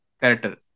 character